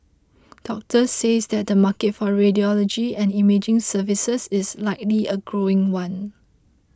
doctors says that the market for radiology and imaging services is likely a growing one